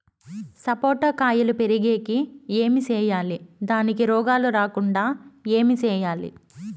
సపోట కాయలు పెరిగేకి ఏమి సేయాలి దానికి రోగాలు రాకుండా ఏమి సేయాలి?